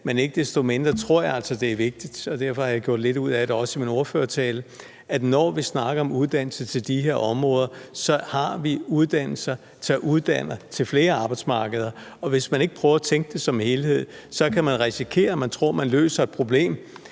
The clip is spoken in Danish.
men ikke desto mindre tror jeg altså, det er vigtigt, og derfor har jeg gjort lidt ud af det også i min ordførertale at sige, at når vi snakker om uddannelse til de her områder, har vi uddannelser, der uddanner til flere arbejdsmarkeder. Hvis man ikke prøver at tænke det som en helhed, kan man risikere, at man tror, at man løser et problem,